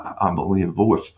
unbelievable